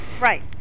right